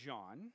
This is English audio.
John